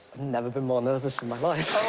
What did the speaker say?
never been more nervous in my life!